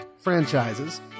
franchises